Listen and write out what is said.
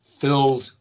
filled